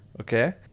okay